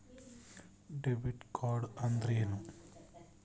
Debit card ಅಂದ್ರೇನು?